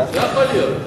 תגיד מלה על חרדים.